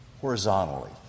horizontally